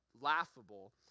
laughable